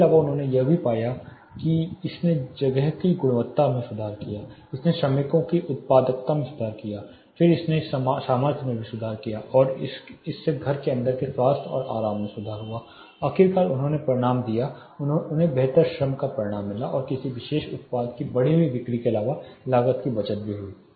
इसके अलावा उन्होंने यह भी पाया कि इसने जगह की गुणवत्ता में सुधार हुआ इसने श्रमिकों की उत्पादकता में सुधार किया फिर इसने सामर्थ्य में भी सुधार किया और इससे घर के अंदर के स्वास्थ्य और आराम में सुधार हुआ आखिरकार उन्होंने परिणाम दिया उन्हें बेहतर श्रम का परिणाम मिला और किसी विशेष उत्पाद की बढ़ी हुई बिक्री के अलावा लागत की बचत भी हुई